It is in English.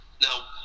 Now